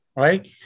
Right